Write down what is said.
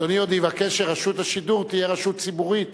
אדוני עוד יבקש שרשות השידור תהיה רשות ציבורית